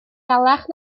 dalach